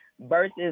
versus